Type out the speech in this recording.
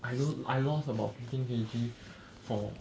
I don't I lost about fifteen K_G for